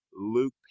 Luke